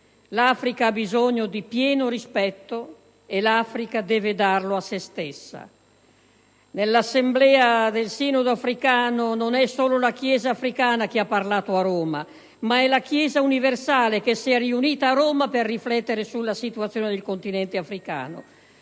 «L'Africa ha bisogno di pieno rispetto e l'Africa deve darlo a se stessa». Nell'Assemblea del Sinodo africano, non è solo la Chiesa africana che ha parlato a Roma, ma è la Chiesa universale che si è riunita a Roma per riflettere sulla situazione del continente africano.